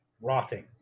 rotting